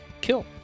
Kill